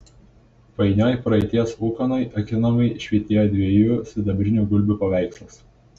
painioj praeities ūkanoj akinamai švytėjo dviejų sidabrinių gulbių paveikslas